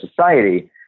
society